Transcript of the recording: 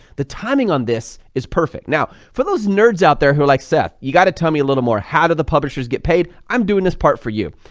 the timing on this is perfect. now, for those nerds out there who are like, seth, you got to tell me a little more how do the publishers get paid. i'm doing this part for you,